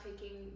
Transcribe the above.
taking